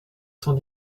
cent